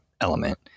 element